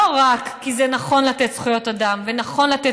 לא רק כי זה נכון לתת זכויות אדם ונכון לתת